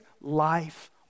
life